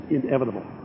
inevitable